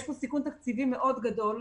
יש פה סיכון תקציבי מאוד גדול.